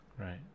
Right